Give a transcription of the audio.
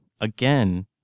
Again